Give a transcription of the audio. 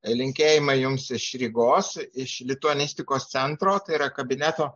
linkėjimai jums iš rygos iš lituanistikos centro tai yra kabineto